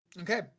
Okay